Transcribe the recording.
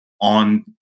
on